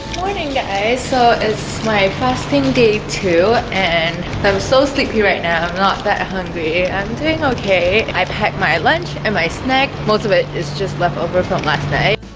morning guys, so it's my passing day too, and i'm so sleepy right now. i'm not that hungry i'm doing okay. i packed my lunch and my snack most of it is just left over from last night